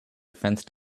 fenced